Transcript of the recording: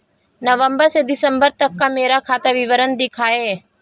नवंबर से दिसंबर तक का मेरा खाता विवरण दिखाएं?